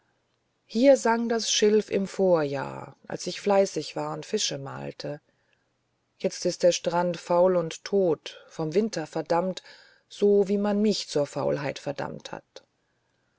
hier sang das schilf im vorjahr als ich fleißig war und fische malte jetzt ist der strand faul und tot vom winter verdammt so wie man mich zur faulheit verdammt hat